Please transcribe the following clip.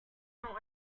oyster